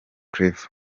claver